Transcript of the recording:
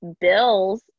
Bills